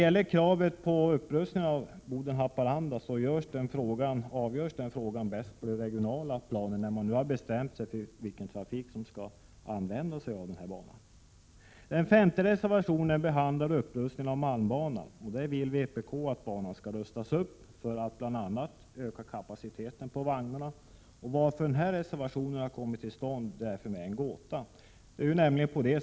Frågan om upprustning av banan Boden-Haparanda avgörs bäst på det regionala planet när man bestämt sig för vilken trafik som skall gå efter banan. Den femte reservationen behandlar upprustningen av malmbanan. Vpk vill att banan rustas upp för att bl.a. öka kapaciteten på vagnarna. Varför denna reservation tillkommit är för mig en gåta.